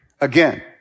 Again